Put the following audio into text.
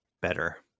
better